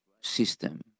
system